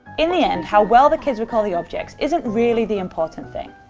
in the end, how well the kids recall the objects isn't really the important thing.